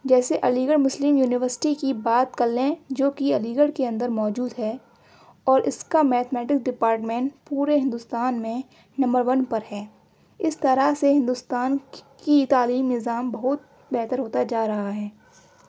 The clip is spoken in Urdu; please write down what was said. جیسے علی گڑھ مسلم یونیورسٹی کی بات کر لیں جو کہ علی گڑھ کے اندر موجود ہے اور اس کا میتھمیٹک ڈپارٹمنٹ پورے ہندوستان میں نمبر ون پر ہے اس طرح سے ہندوستان کی کی تعلیمی نظام بہت بہتر ہوتا جا رہا ہے